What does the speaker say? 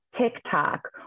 TikTok